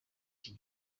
iki